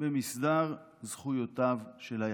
במסדר זכויותיו של היחיד.